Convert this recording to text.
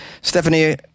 Stephanie